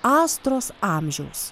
astros amžiaus